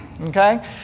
okay